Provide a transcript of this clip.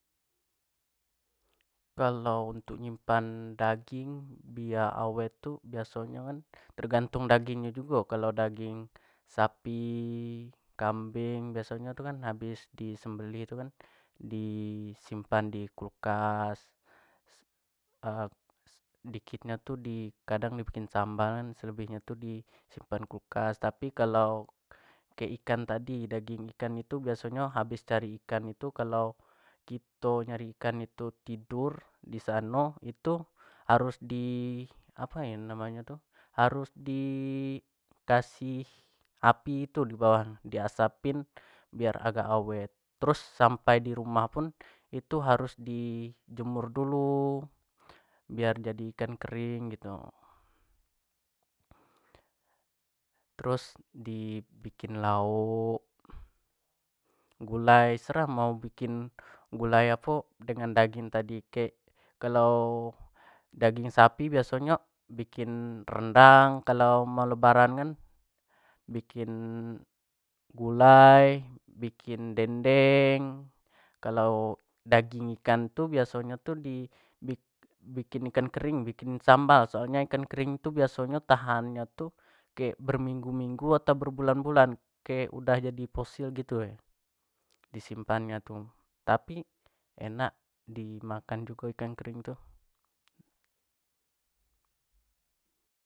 kalau untuk nyimpan daging biak awet tu biaso nyo kan tergnatung daging yo jugo, kalo daging sapi, kambing biaso nyo kan kalua habis di semebelih itu kan di simpan di kulkas sedikit nyo tu kadang di bikin sambal selebih nyo tu kan di simpan di kulkas kalau kek ikan tadi daging ikan itu baiso nyo habsi cari ikan kito nyari ikan tu tidur di sano itu harus di apo yo namo nyo tu harus di kasih api tu di bawah nyo di asapin biar agak awet terus sampai di rumah pun harus terus di jemur dulu biar jadi ikan kering gitu, terus di bikin lauk, gulai serah mau bikin gulai apo dengan daging tadi kek kalau daging sapi biaso nyo bikin rendang, kalau mau lebaran kan bikin gulai, bikin dendeng, kalau daging ikan tu biaso nyo tu di bikin ikan kering, di bikin sambal soal nyo ikan kering tu biaso nyo tahan nyo tu kek berminggu-minggu atau berbulan-bulan kek udah jadi fosil gitu di simpan nyo tu tapi enak di makan jugo ikan kering tu.